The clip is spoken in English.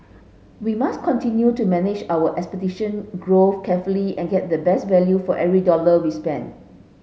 we must continue to manage our growth carefully and get the best value for every dollar we spend